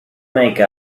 make